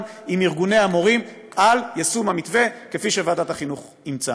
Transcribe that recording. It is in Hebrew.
עם ארגוני המורים על יישום המתווה שוועדת החינוך אימצה.